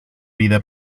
vida